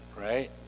right